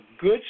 good